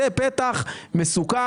זה פתח מסוכן.